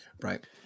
right